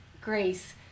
grace